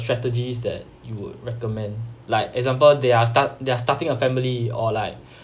strategies that you would recommend like example they are start they're starting a family or like